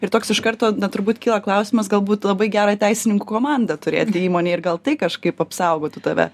ir toks iš karto na turbūt kyla klausimas galbūt labai gerą teisininkų komandą turėti įmonėj ir gal tai kažkaip apsaugotų tave